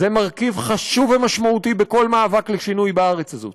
זה מרכיב חשוב ומשמעותי בכל מאבק לשינוי בארץ הזאת.